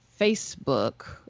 Facebook